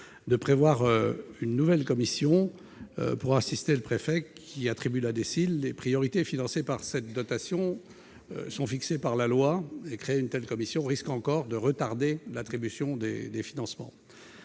de prévoir une nouvelle commission pour assister le préfet qui attribue la DSIL. Les priorités financées par cette dotation sont fixées par la loi. Créer une telle commission risquerait de retarder encore l'attribution des financements.